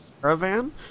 caravan